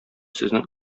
сезнең